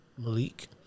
Malik